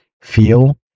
feel